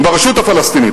עם הרשות הפלסטינית,